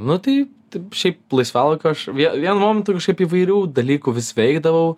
nu tai taip šiaip laisvalaikio aš vie vienu momentu kažkaip įvairių dalykų vis veikdavau